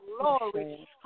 glory